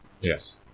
Yes